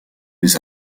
les